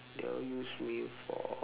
they'll use me for